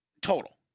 total